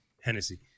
Hennessy